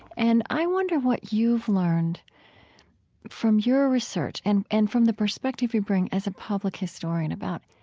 and i wonder what you've learned from your research and and from the perspective you bring as a public historian about,